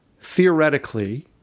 theoretically